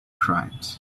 crimes